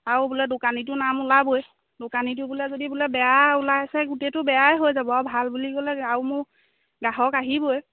আৰু বোলে দোকানীটো নাম ওলাবই দোকানীটো বোলে যদি বোলে বেয়া ওলাইছে গোটেইটো বেয়াই হৈ যাব ভাল বুলি ক'লে আৰু মোৰ গ্ৰাহক আহিবই